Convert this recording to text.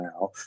now